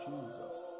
Jesus